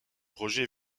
roger